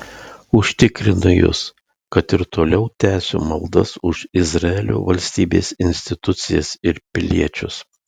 užtikrinu jus kad ir toliau tęsiu maldas už izraelio valstybės institucijas ir piliečius